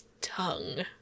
Tongue